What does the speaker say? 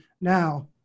now